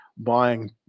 buying